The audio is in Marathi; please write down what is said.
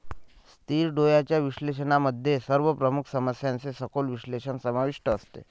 स्थिर डोळ्यांच्या विश्लेषणामध्ये सर्व प्रमुख समस्यांचे सखोल विश्लेषण समाविष्ट असते